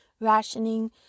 rationing